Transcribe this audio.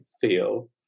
feel